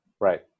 right